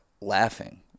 laughing